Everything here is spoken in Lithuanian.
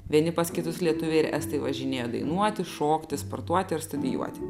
vieni pas kitus lietuviai ir estai važinėja dainuoti šokti sportuoti ir studijuoti